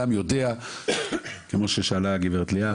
כמו שאמרה ליאת,